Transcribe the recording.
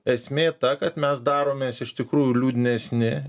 esmė ta kad mes daromės iš tikrųjų liūdnesni